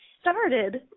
started